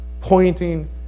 Pointing